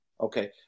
Okay